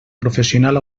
professional